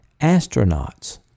astronauts